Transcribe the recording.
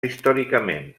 històricament